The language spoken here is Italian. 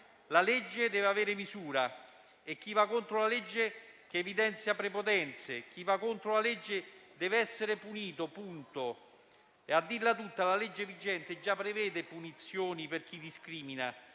la legge deve avere misura e chi va contro la legge che evidenzia prepotenze deve essere punito e basta. A dirla tutta, la legge vigente già prevede punizioni per chi discrimina,